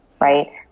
right